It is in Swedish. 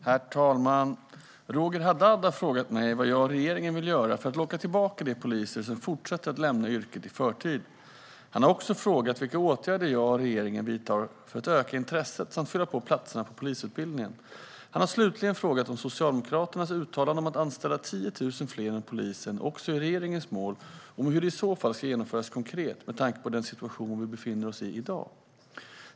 Herr talman! Roger Haddad har frågat mig vad jag och regeringen vill göra för att locka tillbaka de poliser som fortsätter att lämna yrket i förtid. Han har också frågat vilka åtgärder jag och regeringen vidtar för att öka intresset samt fylla platserna på polisutbildningen. Han har slutligen frågat om Socialdemokraternas uttalande om att anställa 10 000 fler inom polisen också är regeringens mål och hur det i så fall ska genomföras konkret med tanke på den situation vi befinner oss i i dag.